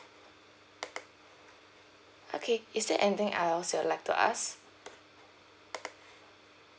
okay is there anything else you'll like to ask